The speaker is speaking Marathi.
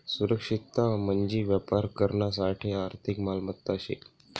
सुरक्षितता म्हंजी व्यापार करानासाठे आर्थिक मालमत्ता शे